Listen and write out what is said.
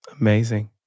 Amazing